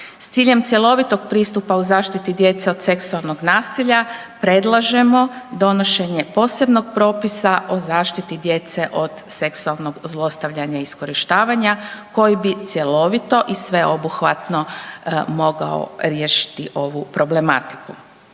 S ciljem cjelovitog pristupa u zaštiti djece od seksualnog nasilja predlažemo donošenje posebnog propisa o zaštiti djece od seksualnog zlostavljanja i iskorištavanja koji bi cjelovito i sveobuhvatno mogao riješiti ovu problematiku.